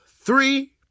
three